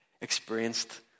experienced